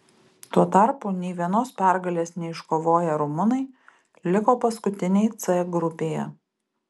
tuo tarpu nei vienos pergalės neiškovoję rumunai liko paskutiniai c grupėje